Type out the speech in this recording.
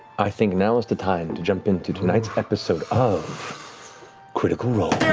i think now is the time to jump into tonight's episode of critical role.